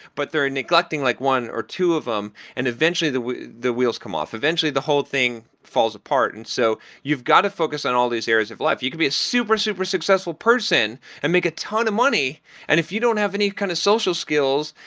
but they're neglecting like one or two of them and eventually the the wheels come off. eventually the whole thing falls apart, and so you've got to focus on all these areas of life. you could be a super, super successful person and make a ton of money and if you don't have any kind of social skills,